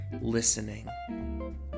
listening